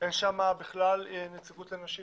אין שם בכלל נציגות לנשים.